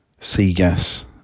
Seagas